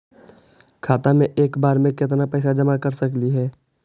खाता मे एक बार मे केत्ना पैसा जमा कर सकली हे?